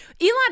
Elon